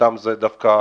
שמבחינתם זה עדיף.